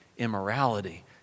immorality